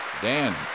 Dan